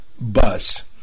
bus